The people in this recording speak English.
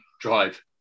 drive